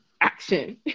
action